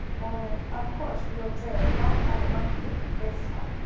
only, of course, the old sailor did not have the monkey with him this time.